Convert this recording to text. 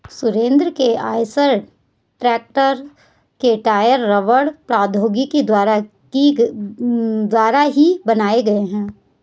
सुरेंद्र के Eicher tractor के tyre रबड़ प्रौद्योगिकी द्वारा ही बनाए गए हैं